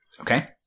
Okay